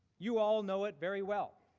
you all know it very well.